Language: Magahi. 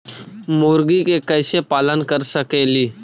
मुर्गि के कैसे पालन कर सकेली?